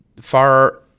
far